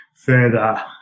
further